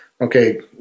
okay